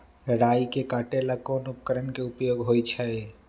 राई के काटे ला कोंन उपकरण के उपयोग होइ छई?